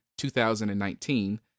2019